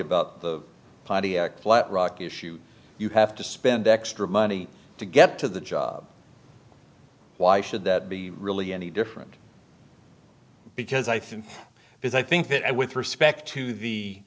about the pontiac flat rock issue you have to spend extra money to get to the job why should that be really any different because i think because i think that and with respect to the